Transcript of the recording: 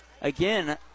Again